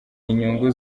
inyungu